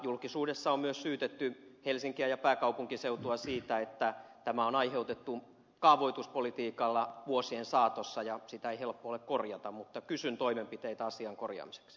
julkisuudessa on myös syytetty helsinkiä ja pääkaupunkiseutua siitä että tämä on aiheutettu kaavoituspolitiikalla vuosien saatossa ja sitä ei helppo ole korjata mutta kysyn toimenpiteitä asian korjaamiseksi